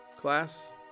Class